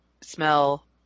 smell